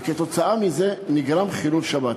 וכתוצאה מזה נגרם חילול שבת.